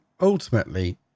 ultimately